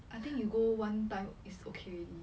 I think you go one time is okay already